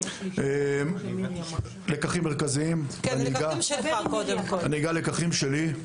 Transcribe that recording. לקחים מרכזיים, אגע קודם בלקחים שלי.